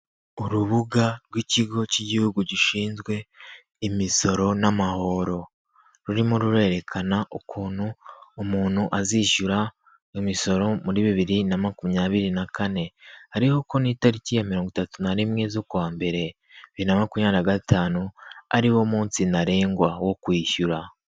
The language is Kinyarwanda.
Urubuga rw'ikigo cy'igihugu gishinzwe imisoro n'amahoro, rurimo rurerekana ukuntu umuntu azishyura imisoro muri bibiri na makumyabiri na kane, hariho ko n'itariki ya mirongo itatu nari rimwe z'ukwa mbere, bibiri na makumyabiri na gatanu ariwo munsi ntarengwa wo kwishyura.